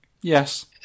Yes